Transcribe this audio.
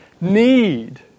need